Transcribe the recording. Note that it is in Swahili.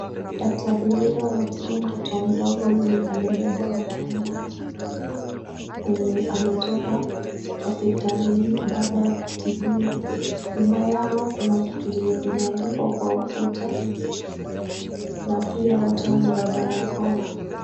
Daktari huyu anatibu mtoto mdogo mwenye amebebwa na mama yake, mwenye ametoka hospitalini baada ya kutibiwa. Nyuma yao kuna vitu zenye zimeandikwa kwa ukuta na pia wote wamevaa barakoa.